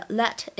let